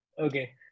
Okay